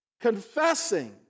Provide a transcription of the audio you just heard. Confessing